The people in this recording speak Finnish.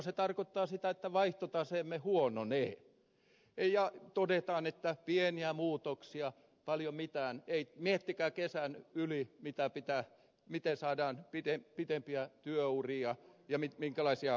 se tarkoittaa sitä että vaihtotaseemme huononee ja todetaan että pieniä muutoksia miettikää kesän yli miten saadaan pidempiä työuria ja minkälaisia palkkaratkaisuja